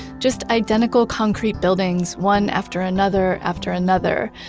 just identical concrete buildings, one after another, after another.